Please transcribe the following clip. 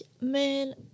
man